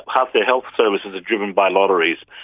half their health services are driven by lotteries.